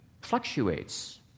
fluctuates